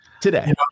today